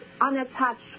unattached